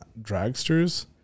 dragsters